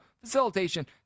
facilitation